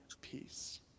peace